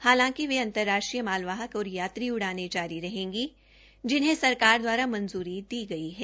हालांकि वे अंतर्राष्ट्रीय मालवाहन और यात्री उड़ाने जारी रहेंगी जिन्हें सरकार द्वारा मंजूरी दी गई है